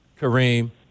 Kareem